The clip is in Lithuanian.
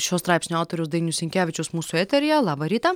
šio straipsnio autorius dainius sinkevičius mūsų eteryje labą rytą